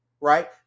right